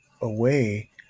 away